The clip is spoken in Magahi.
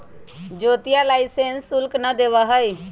ज्योतिया लाइसेंस शुल्क ना देवा हई